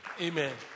Amen